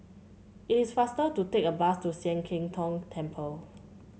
it is faster to take a bus to Sian Keng Tong Temple